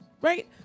Right